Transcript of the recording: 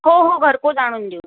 हो हो घरपोच आणून देऊ